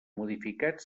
modificats